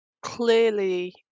Clearly